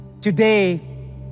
Today